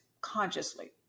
consciously